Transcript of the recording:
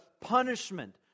punishment